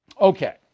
Okay